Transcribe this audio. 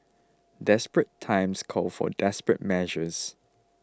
desperate times call for desperate measures